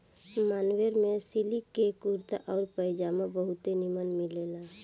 मान्यवर में सिलिक के कुर्ता आउर पयजामा बहुते निमन मिलेला